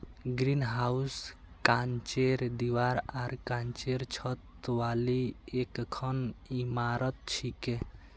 greenhouse कांचेर दीवार आर कांचेर छत वाली एकखन इमारत छिके